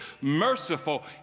merciful